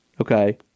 Okay